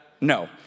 No